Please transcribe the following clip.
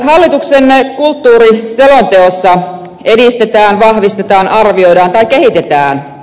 hallituksen kulttuuriselonteossa edistetään vahvistetaan arvioidaan ja kehitetään